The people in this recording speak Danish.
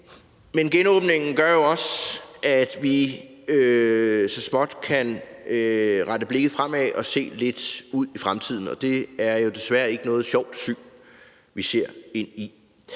Men genåbningen gør jo også, at vi så småt kan rette blikket fremad og se lidt ud i fremtiden, og det er jo desværre ikke noget sjovt syn, vi ser.